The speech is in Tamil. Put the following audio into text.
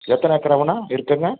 எத்தனை ஏக்கர் ஆவும்ண்ணா இருக்கு அண்ணா